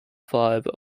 five